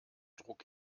druck